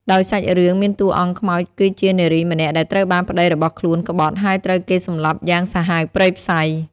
ដោយសាច់រឿង មានតួអង្គខ្មោចគឺជានារីម្នាក់ដែលត្រូវបានប្ដីរបស់ខ្លួនក្បត់ ហើយត្រូវគេសម្លាប់យ៉ាងសាហាវព្រៃផ្សៃ។